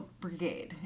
Brigade